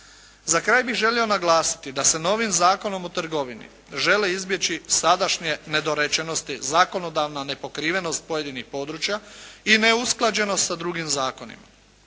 Za kraj bih želio naglasiti da se novim Zakonom o trgovini žele izbjeći sadašnje nedorečenosti, zakonodavna nepokrivenost pojedinih područja i neusklađenost sa drugim zakonima.